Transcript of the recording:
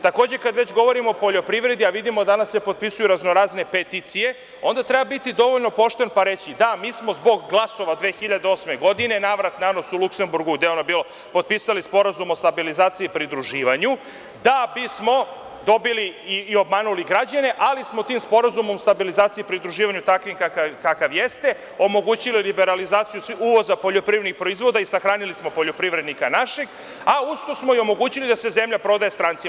Takođe, kada već govorimo o poljoprivredi, a vidimo danas se potpisuju raznorazne peticije, onda treba biti dovoljno pošten pa reći – da, mi smo zbog glasova 2008. godine navrat-nanos u Luksemburgu, gde je ono bilo, potpisali SSP, da bismo obmanuli građane, ali smo tim Sporazumom o stabilizaciji i pridruživanju, takvim kakav jeste, omogućili liberalizaciju uvoza poljoprivrednih proizvoda i sahranili smo poljoprivrednika našeg, a uz to smo i omogućili da se zemlja prodaje strancima.